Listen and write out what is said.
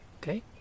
okay